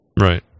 Right